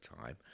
time